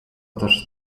też